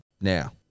Now